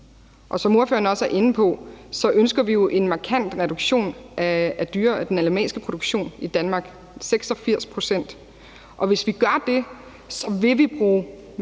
og som ordføreren også er inde på, ønsker vi jo en markant reduktion af den animalske produktion i Danmark, 86 pct. Hvis vi gør det, vil vi bruge